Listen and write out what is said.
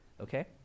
Okay